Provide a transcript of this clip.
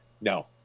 No